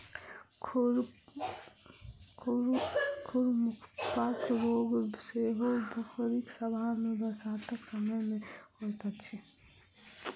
खुर मुँहपक रोग सेहो बकरी सभ मे बरसातक समय मे होइत छै